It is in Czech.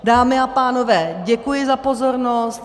Dámy a pánové, děkuji za pozornost.